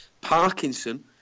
Parkinson